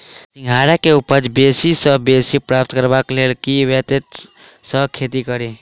सिंघाड़ा केँ उपज बेसी सऽ बेसी प्राप्त करबाक लेल केँ ब्योंत सऽ खेती कड़ी?